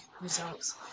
results